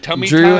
Drew